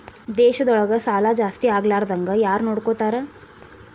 ದೇಶದೊಳಗ ಸಾಲಾ ಜಾಸ್ತಿಯಾಗ್ಲಾರ್ದಂಗ್ ಯಾರ್ನೊಡ್ಕೊತಾರ?